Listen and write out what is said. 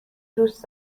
دوست